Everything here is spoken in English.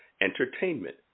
entertainment